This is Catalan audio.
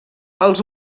els